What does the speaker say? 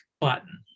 button